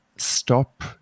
stop